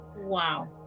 Wow